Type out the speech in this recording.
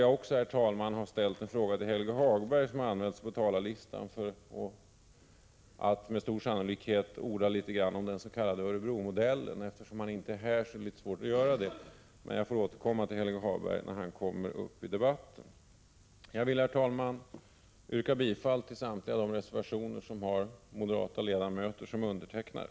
Jag skulle också ha ställt en fråga till Helge Hagberg, som har anmält sig på talarlistan för att med stor sannolikhet orda litet om den s.k. Örebromodellen, men eftersom han inte är här är det litet svårt att göra det. Jag vill återkomma till Helge Hagberg när han kommer upp i debatten. Herr talman! Jag yrkar bifall till samtliga de reservationer som har moderata ledamöter som undertecknare.